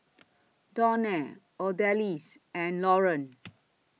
Donell Odalys and Laureen